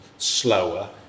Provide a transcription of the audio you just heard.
slower